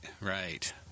right